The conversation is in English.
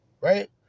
Right